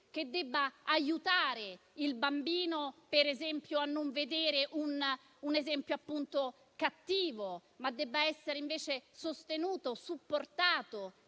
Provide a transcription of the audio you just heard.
che debba aiutare il bambino a non vedere un esempio cattivo, ma debba essere invece sostenuto e supportato